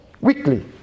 weekly